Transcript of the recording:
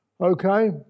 Okay